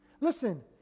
Listen